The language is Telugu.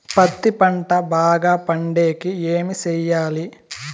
పత్తి పంట బాగా పండే కి ఏమి చెయ్యాలి?